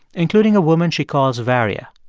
including a woman she calls varya.